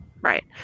Right